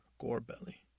Gore-Belly